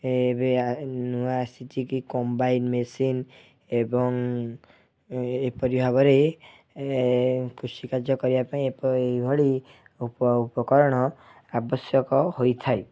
ଏବେ ଆ ନୂଆ ଆସିଛି କି କମ୍ବାଇନ୍ ମେସିନ୍ ଏବଂ ଏହିପରି ଭାବରେ ଏ କୃଷିକାର୍ଯ୍ୟ କରିବା ପାଇଁ ଏପରି ଏହିଭଳି ଉପ ଉପକରଣ ଆବଶ୍ୟକ ହୋଇଥାଏ